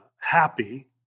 happy